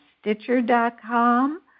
Stitcher.com